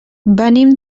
venim